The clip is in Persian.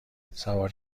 سوار